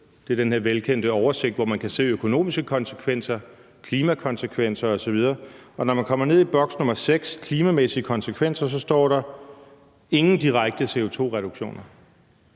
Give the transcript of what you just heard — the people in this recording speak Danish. det er den her velkendte oversigt, hvor man kan se økonomiske konsekvenser, klimakonsekvenser osv. – og når man kommer ned i boks nr. 6, »Klimamæssige konsekvenser«, står der: »Ingen direkte CO2 reduktioner.«